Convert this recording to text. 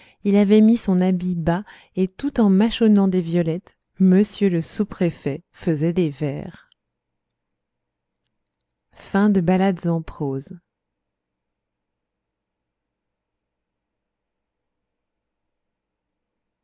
il avait mis son habit bas et tout en mâchonnant des violettes m le sous-préfet faisait des vers